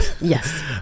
Yes